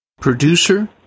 producer